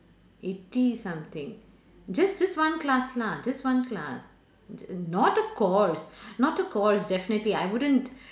eighty something just just one class lah just one class not a course not a course definitely I wouldn't